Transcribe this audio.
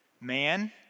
man